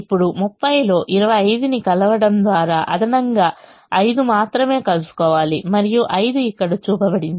ఇప్పుడు 30 లో 25 ని కలవడం ద్వారా అదనంగా 5 మాత్రమే కలుసుకోవాలి మరియు 5 ఇక్కడ చూపబడింది